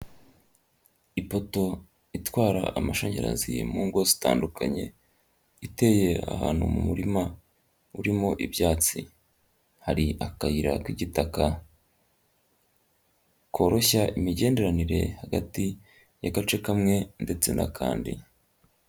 Ipoto itwara amashanyarazi mu ngo zitandukanye, iteye ahantu mu murima, urimo ibyatsi, hari akayira k'igitaka, koroshya imigenderanire hagati y'agace kamwe ndetse n'akandi.